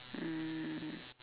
mm